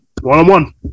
One-on-one